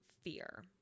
fear